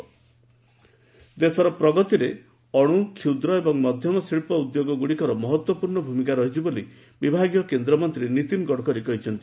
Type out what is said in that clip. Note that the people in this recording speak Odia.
ଏମ୍ଏସ୍ଏମ୍ଇ ଗଡକରୀ ଦେଶର ପ୍ରଗତିରେ ଅଣୁ କ୍ଷୁଦ୍ର ଏବଂ ମଧ୍ୟମ ଶିଳ୍ପ ଉଦ୍ୟୋଗ ଗୁଡ଼ିକର ମହତ୍ତ୍ୱପୂର୍୍ଣ ଭୂମିକା ରହିଛି ବୋଲି ବିଭାଗୀୟ କେନ୍ଦ୍ରମନ୍ତ୍ରୀ ନୀତିନ୍ ଗଡକରୀ କହିଛନ୍ତି